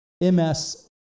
MS